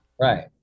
right